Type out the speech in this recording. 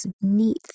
neat